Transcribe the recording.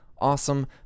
awesome